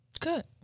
Good